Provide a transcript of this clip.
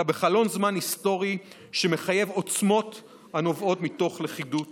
אלא בחלון זמן היסטורי שמחייב עוצמות הנובעות מתוך לכידות